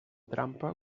trampa